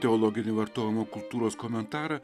teologinį vartojimo kultūros komentarą